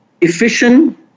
efficient